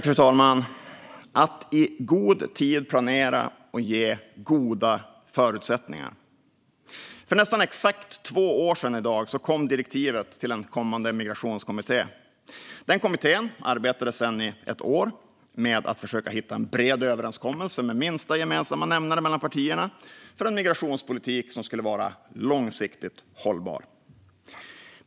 Fru talman! Det gäller att i god tid planera och ge goda förutsättningar. För nästan exakt två år sedan kom direktiven till en kommande migrationskommitté. Den kommittén arbetade sedan i ett år med att försöka hitta en bred överenskommelse med minsta gemensamma nämnare mellan partierna för en migrationspolitik som skulle vara långsiktigt hållbar.